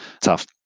tough